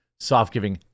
Softgiving